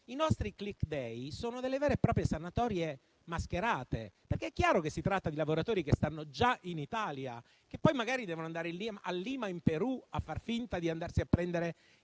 i nostri *click day* sono delle vere e proprie sanatorie mascherate, perché è chiaro che si tratta di lavoratori che stanno già in Italia, che poi magari devono andare a Lima a far finta di andarsi a prendere